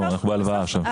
אנחנו בהלוואה עכשיו.